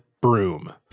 broom